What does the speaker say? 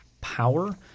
power